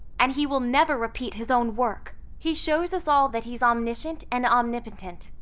and he will never repeat his own work. he shows us all that he's omniscient and omnipotent.